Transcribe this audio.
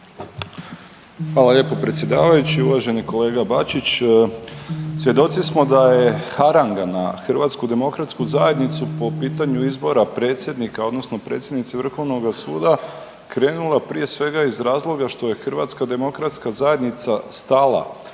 Hvala lijepo predsjedavajući. Uvaženi kolega Bačić svjedoci smo da je harnga na HDZ po pitanju izbora predsjednika odnosno predsjednice Vrhovnoga suda krenula prije svega iz razloga što je HDZ stala na branik